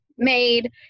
made